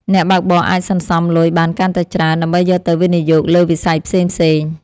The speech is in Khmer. អ្នកបើកបរអាចសន្សំលុយបានកាន់តែច្រើន ដើម្បីយកទៅវិនិយោគលើវិស័យផ្សេងៗ។